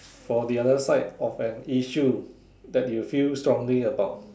for the other side of an issue that you feel strongly about